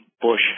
Bush